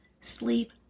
sleep